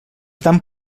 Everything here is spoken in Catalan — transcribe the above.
tant